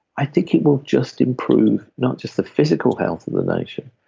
i think it will just improve, not just the physical health of the nation,